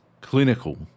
clinical